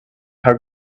how